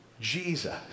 Jesus